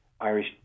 Irish